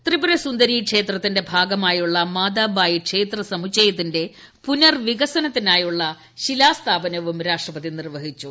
ത്രിപുരസുന്ദരി ക്ഷേത്രത്തിന്റെ ഭാഗമായുള്ള മാതാബായി ക്ഷേത്ര സമുച്ചയത്തിന്റെ പുനർ വികസനത്തിനായുള്ള ശിലാസ്ഥാപ്പുന്നവും രാഷ്ട്രപതി നിർവഹിച്ചു